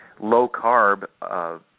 low-carb